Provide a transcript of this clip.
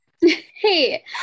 Hey